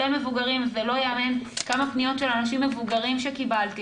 זה לא ייאמן כמה פניות של אנשים מבוגרים שקיבלתי